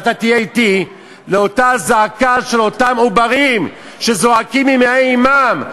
ואתה תהיה אתי באותה זעקה של אותם עוברים שזועקים ממעי אמם.